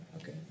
okay